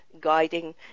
guiding